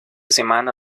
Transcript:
semana